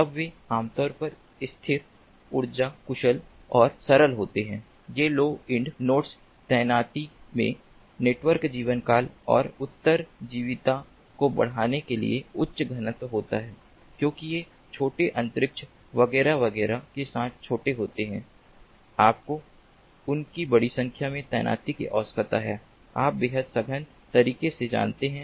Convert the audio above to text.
तब वे आम तौर पर स्थिर ऊर्जा कुशल और सरल होते हैं ये लो एन्ड नोड्स तैनाती में नेटवर्क जीवनकाल और उत्तरजीविता को बढ़ाने के लिए उच्च घनत्व होता है क्योंकि ये छोटे अंतरिक्ष वगैरह वगैरह के साथ छोटे होते हैं आपको उनकी बड़ी संख्या में तैनाती की आवश्यकता है आप बेहद सघन तरीके से जानते हैं